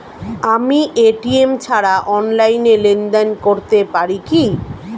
আমি এ.টি.এম ছাড়া অনলাইনে লেনদেন করতে পারি কি?